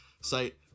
site